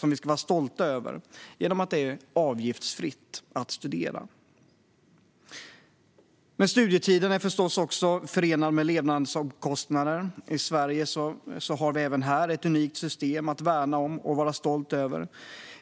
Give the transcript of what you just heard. där det är avgiftsfritt att studera. Det ska vi vara stolta över. Studietiden är förstås förenad med levnadsomkostnader. Sverige har även här ett unikt system att värna om och vara stolt över.